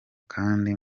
kandi